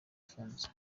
afunze